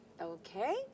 Okay